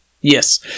Yes